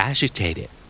Agitated